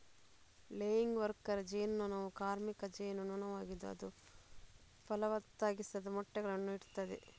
laying worker ಜೇನು ನೊಣವು ಕಾರ್ಮಿಕ ಜೇನು ನೊಣವಾಗಿದ್ದು ಅದು ಫಲವತ್ತಾಗಿಸದ ಮೊಟ್ಟೆಗಳನ್ನ ಇಡ್ತದೆ